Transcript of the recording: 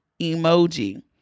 emoji